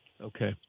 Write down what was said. Okay